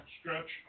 stretch